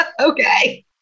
Okay